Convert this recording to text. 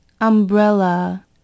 umbrella